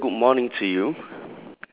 hello very good morning to you